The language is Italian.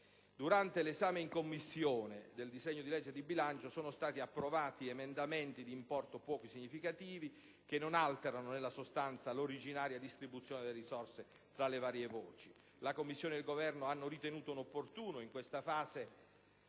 durante l'esame in Commissione del disegno di legge di bilancio, sono stati approvati emendamenti di importi poco significativi, che non alterano nella sostanza l'originaria distribuzione delle risorse tra le varie voci. La Commissione ed il Governo hanno ritenuto inopportuno in questa fase